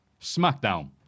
Smackdown